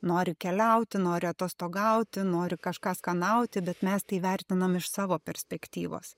nori keliauti nori atostogauti nori kažką skanauti bet mes tai vertiname iš savo perspektyvos